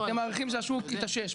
אתם מעריכים שהשוק יתאושש,